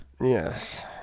Yes